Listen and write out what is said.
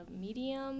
medium